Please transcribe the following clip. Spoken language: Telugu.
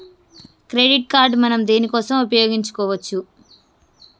క్రెడిట్ కార్డ్ మనం దేనికోసం ఉపయోగించుకోవచ్చు?